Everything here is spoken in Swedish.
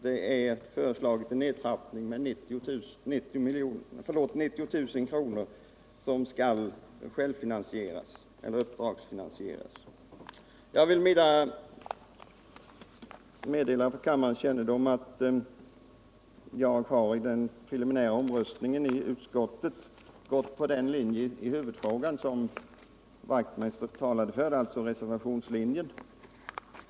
Man har föreslagit en nedtrappning med 90 000 kr., som skall täckas genom uppdragsfinansiering. Jag vill vidare meddela för kammarens kännedom att jag i den preliminära omröstningen i utskottet gick på den linje i huvudfrågan som Knut Wachtmeister talade för, alltså reservationslinjen.